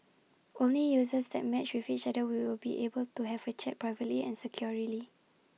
only users that matched with each other will be able to have A chat privately and securely